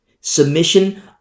submission